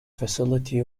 facility